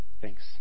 Thanks